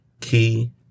key